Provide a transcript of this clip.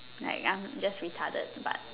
like I'm just retarded but